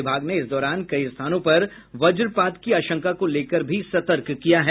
विभाग ने इस दौरान कई स्थानों पर वज्रपात की आशंका को लेकर भी सतर्क किया है